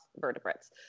vertebrates